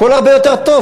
הכול הרבה יותר טוב,